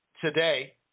today